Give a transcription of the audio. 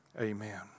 Amen